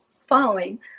following